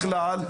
בכלל,